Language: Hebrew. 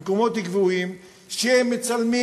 במקומות גבוהים שהם מצלמים.